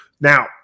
Now